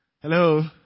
Hello